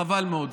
חבל מאוד.